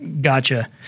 Gotcha